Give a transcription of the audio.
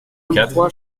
quatre